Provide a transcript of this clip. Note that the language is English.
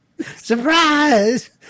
surprise